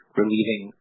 relieving